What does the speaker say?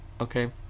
Okay